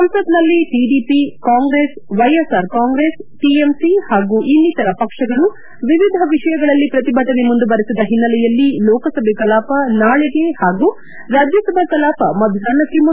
ಸಂಸತ್ನಲ್ಲಿ TDP Congress YSR Congress TMC ಹಾಗೂ ಇನ್ನಿತರ ಪಕ್ಷಗಳು ವಿವಿಧ ವಿಷಯಗಳಲ್ಲಿ ಪ್ರತಿಭಟನೆ ಮುಂದುವರೆಸಿದ ಹಿನ್ನೆಲೆಯಲ್ಲಿ ಲೋಕಸಭೆ ಕಲಾಪ ನಾಳಿಗೆ ಹಾಗೂ ರಾಜ್ಯ ಸಭಾ ಕಲಾಪ ಮಧ್ಯಾಷ್ನಕ್ಕೆ ಮುಂದೂಡಿಕೆ